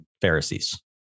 Pharisees